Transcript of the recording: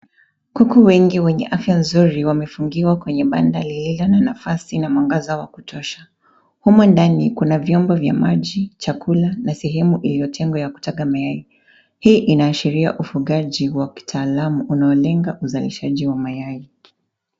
Kuku wengi wenye afya nzuri wamefungiwa kwenye banda lililo na nafasi na mwangaza wa kutosha. Humo ndani kuna vyombo vya maji, chakula na sehemu iliyotengwa ya kutega mayai. Hii inaashiria ufugaji wa kitaalamu unaolenga uzalishaji wa mayai.